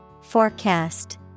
Forecast